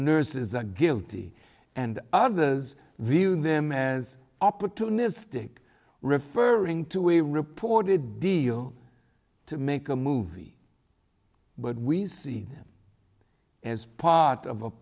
nurse is a guilty and others view them as opportunistic referring to a reported deal to make a movie but we see them as part of a